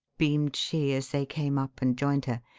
beamed she as they came up and joined her.